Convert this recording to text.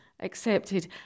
accepted